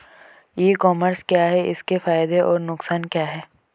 ई commerce क्या है इसके फायदे और नुकसान क्या है?